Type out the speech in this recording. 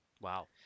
wow